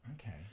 okay